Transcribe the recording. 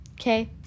okay